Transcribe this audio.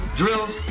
drills